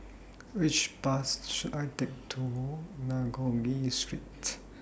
Which Bus should I Take to nagogue Street